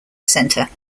center